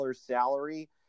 salary